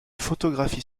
photographie